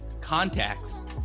CONTACTS